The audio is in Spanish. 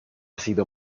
sido